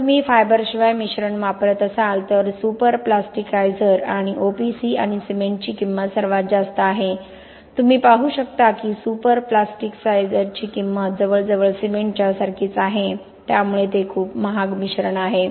जर तुम्ही फायबरशिवाय मिश्रण वापरत असाल तर सुपरप्लास्टिकायझर आणि OPC आणि सिमेंटची किंमत सर्वात जास्त आहे तुम्ही पाहू शकता की सुपरप्लास्टिकायझरची किंमत जवळजवळ सिमेंटच्या सारखीच आहे त्यामुळे ते खूप महाग मिश्रण आहे